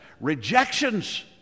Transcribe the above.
rejections